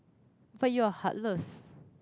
but you're heartless